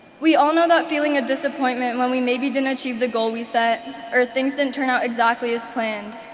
we all know that feeling a disappointment when we maybe didn't achieve the goal we set or things didn't turn out exactly as planned,